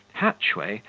hatchway,